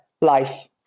Life